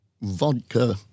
vodka